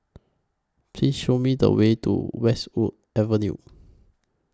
Please Show Me The Way to Westwood Avenue